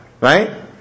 right